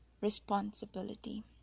responsibility